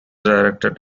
directed